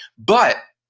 but,